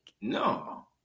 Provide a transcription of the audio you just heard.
no